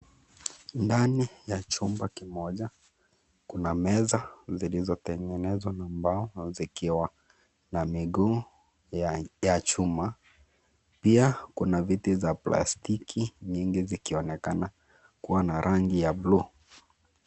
Ndani ya chumba kimoja kuna meza zilizotengenezwa na mbao zikiwa na miguu za chuma pia kuna viti za plastiki zikionekana kuwa na rangi ya bulu.